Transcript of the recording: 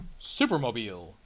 Supermobile